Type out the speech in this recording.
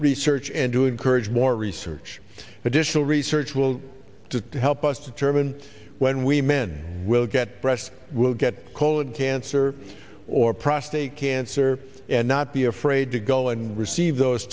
research and to encourage more research additional research will to help us determine when we men will get breast will get colon cancer or prostate cancer and not be afraid to go and receive those